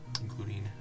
including